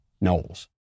Knowles